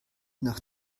nach